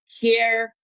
care